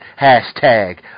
Hashtag